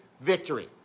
victory